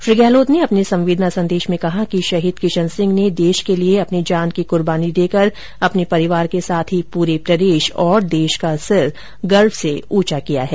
श्री गहलोत ने अपने संवेदना संदेश में कहा कि शहीद किशन सिंह ने देश के लिए अपनी जान की कुर्बानी देकर अपने परिवार के साथ ही पूरे प्रदेश और देश का सिर गर्व से ऊंचा किया है